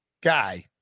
guy